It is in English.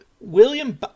William